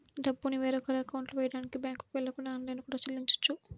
డబ్బుని వేరొకరి అకౌంట్లో వెయ్యడానికి బ్యేంకుకి వెళ్ళకుండా ఆన్లైన్లో కూడా చెల్లించొచ్చు